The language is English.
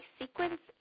sequence